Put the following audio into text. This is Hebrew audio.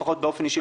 לפחות באופן אישי,